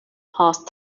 passed